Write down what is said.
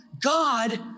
God